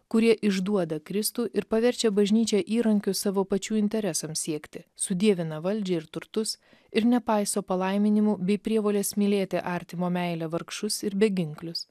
kurie išduoda kristų ir paverčia bažnyčią įrankiu savo pačių interesams siekti sudievina valdžią ir turtus ir nepaiso palaiminimų bei prievolės mylėti artimo meilę vargšus ir beginklius